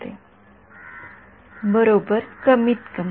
विद्यार्थी कमीतकमी उपाय नसलेले बरोबर कमीतकमी